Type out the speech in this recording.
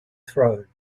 throne